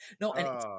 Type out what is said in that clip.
no